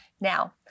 Now